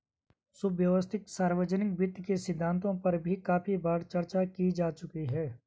सुव्यवस्थित सार्वजनिक वित्त के सिद्धांतों पर भी काफी बार चर्चा की जा चुकी है